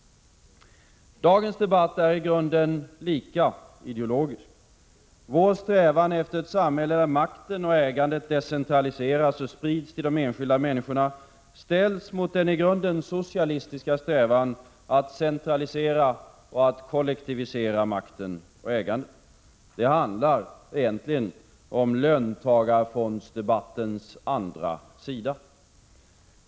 Dagens debatt är i grunden lika ideologisk. Vår strävan efter ett samhälle där makten och ägandet decentraliseras och sprids till de enskilda människorna ställs mot den i grunden socialistiska strävan att centralisera och kollektivisera makten och ägandet. Det handlar om löntagarfondsdebattens andra sida.